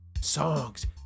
songs